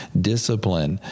discipline